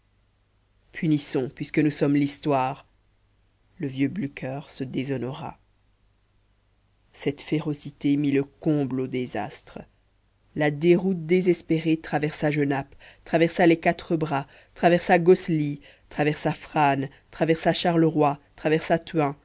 punissons puisque nous sommes l'histoire le vieux blücher se déshonora cette férocité mit le comble au désastre la déroute désespérée traversa genappe traversa les quatre bras traversa gosselies traversa frasnes traversa charleroi traversa